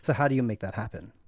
so how do you make that happen?